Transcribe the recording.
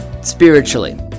spiritually